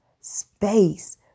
space